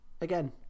again